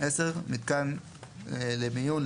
מתקן למיון,